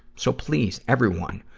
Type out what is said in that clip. so please, everyone,